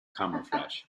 camouflage